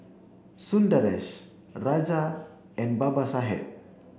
Sundaresh Raja and Babasaheb